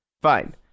Fine